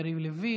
יריב לוין,